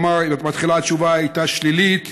כלומר בהתחלה התשובה הייתה שלילית